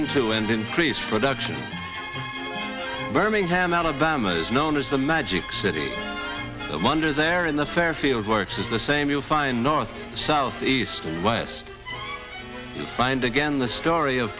into and increased production birmingham alabama is known as the magic city i'm under there in the fairfield works is the same you'll find north south east and west wind again the story of